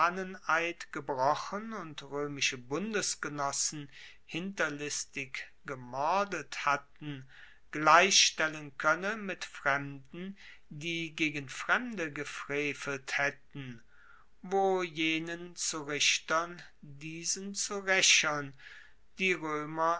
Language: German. gebrochen und roemische bundesgenossen hinterlistig gemordet hatten gleichstellen koenne mit fremden die gegen fremde gefrevelt haetten wo jenen zu richtern diesen zu raechern die roemer